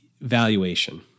valuation